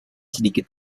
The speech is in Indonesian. sedikit